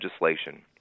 legislation